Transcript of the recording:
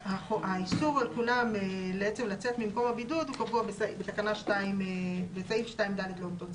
האיסור על כולם לצאת ממקום הבידוד קבוע בסעיף 2(ד) לאותו צו.